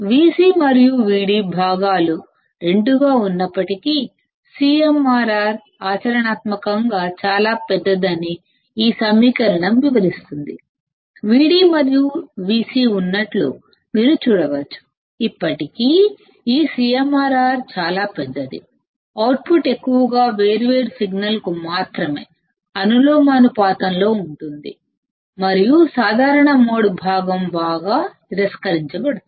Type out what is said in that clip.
Vc మరియు Vd భాగాలు రెండూ ఉన్నప్పటికీ CMRR ఆచరణాత్మకంగా చాలా పెద్దదని ఈ సమీకరణం వివరిస్తుంది Vd మరియు Vc ఉన్నట్లు మీరు చూడవచ్చు ఇప్పటికీ ఈ CMRR చాలా పెద్దది అవుట్పుట్ ఎక్కువగా డిఫరెన్స్ సిగ్నల్కు మాత్రమే ప్రపోర్షనల్ గా ఉంటుంది మరియు కామన్ మోడ్ భాగం ఎక్కువగా తిరస్కరించబడుతుంది